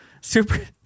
super